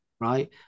Right